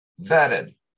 vetted